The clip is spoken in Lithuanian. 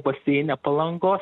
baseine palangos